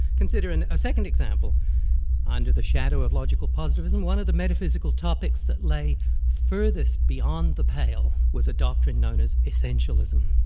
consider and a second example under the shadow of logical positivism, one of the metaphysical topics that lay furthest beyond the pale, was a doctrine known as essentialism.